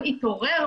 משותפת,